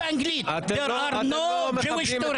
תגיד באנגלית: There are no Jewish terrorist.